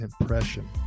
impression